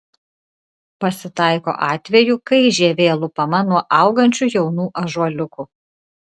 pasitaiko atvejų kai žievė lupama nuo augančių jaunų ąžuoliukų